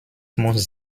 muss